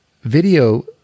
video